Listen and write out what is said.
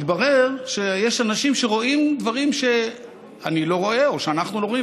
מתברר שיש אנשים שרואים דברים שאני לא רואה או שאנחנו לא רואים,